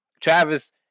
Travis